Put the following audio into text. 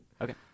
Okay